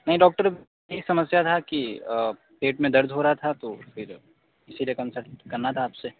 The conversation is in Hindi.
नहीं डॉक्टर यही समस्या था की पेट में दर्द हो रहा था तो फिर उसी लिए कंसल्ट करना था आपसे